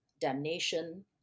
damnation